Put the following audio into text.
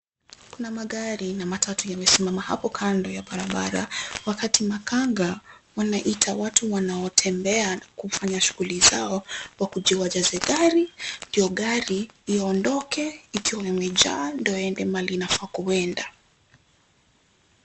Kuna magari na matatu yamesimama hapo kando ya barabara, wakati makanga wanaita watu wanaotembea na kufanya shughuli zao wakuje wajaze gari, ndio gari iondoke ikiwa imejaa ndio iende mahali inafaa kwenda.